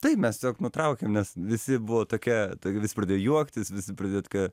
tai mes tiesiog nutraukėm nes visi buvo tokie tokie visi pradėjo juoktis visi pridėjo tokia